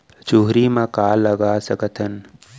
चुहरी म का लगा सकथन?